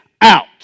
out